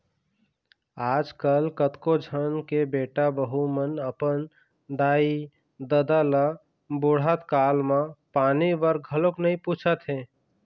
आजकल कतको झन के बेटा बहू मन अपन दाई ददा ल बुड़हत काल म पानी बर घलोक नइ पूछत हे